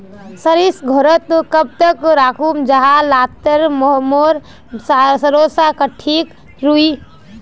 सरिस घोरोत कब तक राखुम जाहा लात्तिर मोर सरोसा ठिक रुई?